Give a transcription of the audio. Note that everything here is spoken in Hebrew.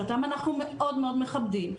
שאותם אנחנו מאוד מאוד מכבדים,